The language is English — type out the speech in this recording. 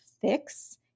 fix